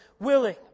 willing